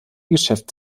geschäft